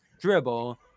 dribble